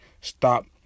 stop